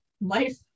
life